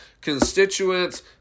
constituents